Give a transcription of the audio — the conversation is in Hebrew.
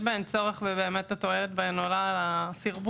בהן צורך והתועלת בהן עולה על הסרבול,